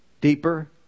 deeper